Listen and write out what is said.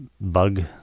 bug